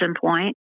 point